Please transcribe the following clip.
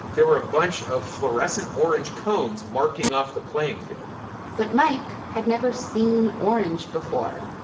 there were a bunch of fluorescent orange cones marking off the playing field but mike had never seen orange before.